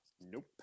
Nope